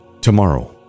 tomorrow